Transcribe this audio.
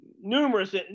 numerous